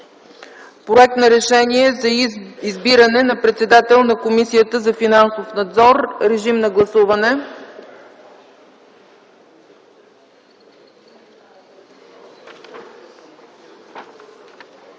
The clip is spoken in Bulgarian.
проект за Решение за избиране на председател на Комисията за финансов надзор. Гласували